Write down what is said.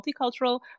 multicultural